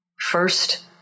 first